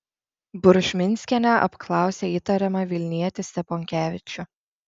buržminskienė apklausė įtariamą vilnietį steponkevičių